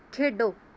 ਖੇਡੋ